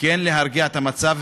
כן להרגיע את המצב.